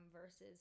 versus